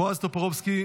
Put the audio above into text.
בועז טופורובסקי,